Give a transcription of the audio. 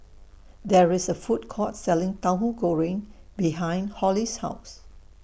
There IS A Food Court Selling Tauhu Goreng behind Holli's House